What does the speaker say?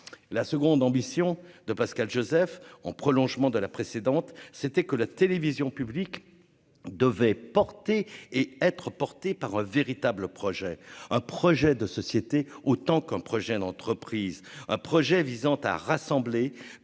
la seconde ambition de Pascal Josèphe en prolongement de la précédente, c'était que la télévision publique devait porter et être porté par un véritable projet, un projet de société autant qu'un projet d'entreprise un projet visant à rassembler